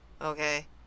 Okay